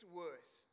worse